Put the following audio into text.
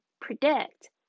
predict